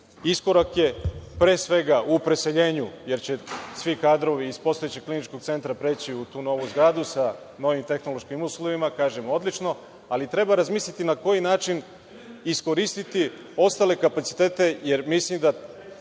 iskorake pre svega u preseljenju, jer će svi kadrovi iz postojećeg Kliničkog centra preći u tu novu zgradu, sa novim tehnološkim uslovima, ali treba razmisliti na koji način iskoristiti ostale kapacitete, jer mislim da